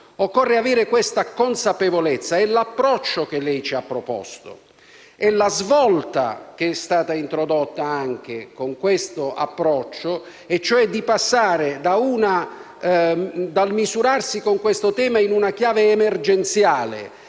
Occorre avere questa consapevolezza e l'approccio che lei ci ha proposto, con la svolta che è stata introdotta con questo approccio, e cioè di passare dal misurarsi con questo tema in una chiave emergenziale